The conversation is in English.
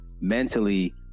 mentally